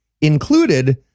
included